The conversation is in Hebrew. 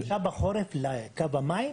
גישה בחורף לקו המים?